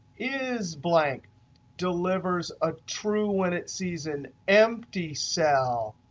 is blank delivers a true when it sees an empty cell,